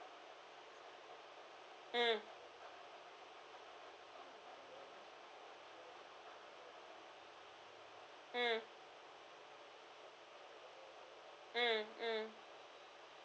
mm mm mm mm